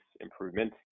improvement